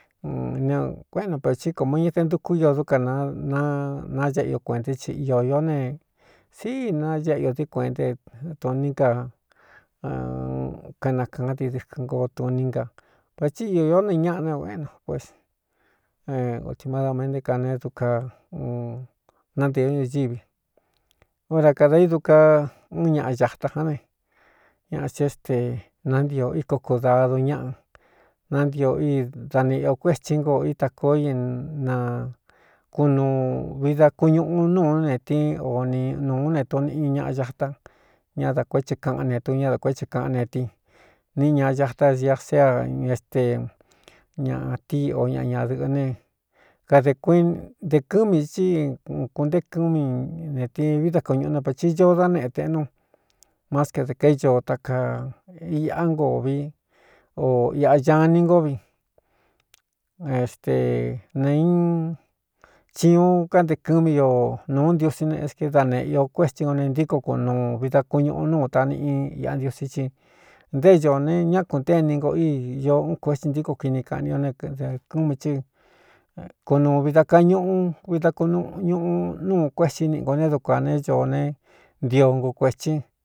Nkuéꞌena pe tí ko má ña te ntuku io dúka na na naéꞌe o kuēnta é ci iō īó ne síi naéꞌe iō di kueꞌntédu ní na kanakaán ntii dɨkɨ ngootuní nga vathi iō ió ne ñaꞌa ne ō éno oimada ma nté ka ne dka nántē ñūɨvi ora kadā í du ka úun ñaꞌa ñāta ján ne ñaꞌa ci éste nantio íko kudadu ñáꞌa nántio i da neꞌe i o kuétsí ngoo ita koo i na kunuu vi da kuñuꞌu núu netín o nūú ne tuniꞌiñu ñaꞌa yatá ñá da kué the kaꞌán ne tu ñá dā kuéthe kāꞌán netí niꞌi ña ñatá sia sea éste ñaꞌa tíi o ña ñādɨ̄ꞌɨ ne kadē kuntē kɨ́mi tí kuntéé kɨ́mi neti vií da ku ñuꞌu né pēti ñoo dá neꞌe teꞌ nú máske dē kaño ta kaa iꞌá ngo vi o iꞌa ña ini ngo vi éste ne csi uun kánte kɨmi io nūu ntiusí neskɨ da neꞌe io kuétsí ngo ne ntíko kunuu vi da kuñuꞌu núu taniꞌin iꞌá ntiosí ci nté ñoō ne ñá kuntéini ngo í ño ún kuetsi ntíko kini kaꞌani o ne de kɨmi hí kunūu vi da kaꞌñuꞌu vi da kuñuꞌu nuu kuétsí niꞌi ngō ne dukuā neé ñoo ne ntio ngo kuētsí.